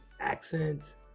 accents